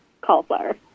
cauliflower